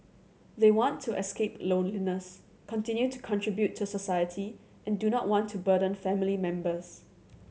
they want to escape loneliness continue to contribute to society and do not want to burden family members